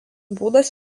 būdas